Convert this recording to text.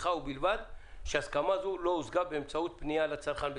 שיחה ובלבד שהסכמה זו לא הושגה באמצעות פנייה לצרכן בשיחה;"